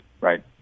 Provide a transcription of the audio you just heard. Right